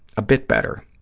a bit better.